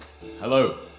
Hello